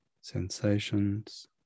Sensations